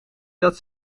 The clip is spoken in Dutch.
dat